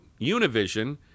univision